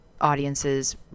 audiences